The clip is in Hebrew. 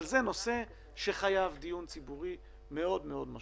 אבל זה נושא שמחייב דיון ציבורי מאוד מאוד משמעותי.